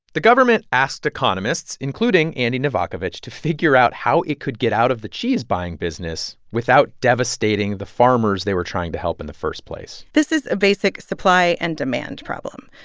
the government asked economists, including andy novakovic, to figure out how it could get out of the cheese buying business without devastating the farmers they were trying to help in the first place this is a basic supply-and-demand problem.